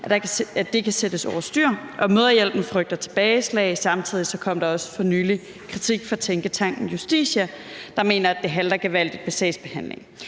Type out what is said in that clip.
at det kan sættes over styr, og Mødrehjælpen frygter tilbageslag. Samtidig kom der også for nylig kritik fra tænketanken Justitia, der mener, det halter gevaldigt med sagsbehandlingen.